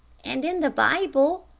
and in the bible,